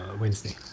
Wednesday